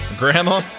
grandma